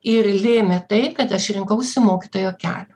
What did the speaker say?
ir lėmė tai kad aš rinkausi mokytojo kelią